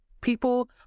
People